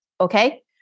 Okay